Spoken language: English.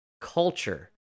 culture